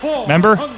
Remember